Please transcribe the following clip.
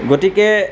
গতিকে